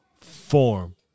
form